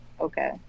okay